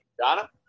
Donna